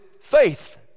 faith